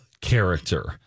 character